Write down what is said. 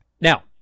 Now